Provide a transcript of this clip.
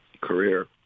career